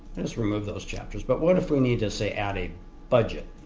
let's remove those chapters but what if we need to say add a budget